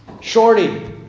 Shorty